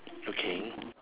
okay